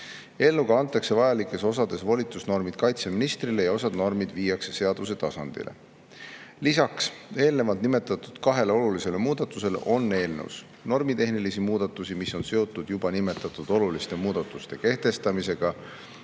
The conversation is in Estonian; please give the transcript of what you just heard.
Eelnõuga antakse vajalikes osades volitusnormid kaitseministrile ja osad normid viiakse seaduse tasandile. Lisaks eelnevalt nimetatud kahele olulisele muudatusele on eelnõus normitehnilisi muudatusi, mis on seotud juba nimetatud oluliste muudatuste kehtestamisega